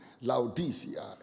Laodicea